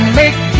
make